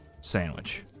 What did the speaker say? sandwich